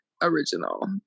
original